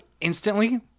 instantly